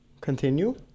Continue